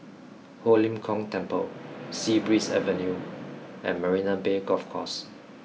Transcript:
Ho Lim Kong Temple Sea Breeze Avenue and Marina Bay Golf Course